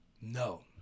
No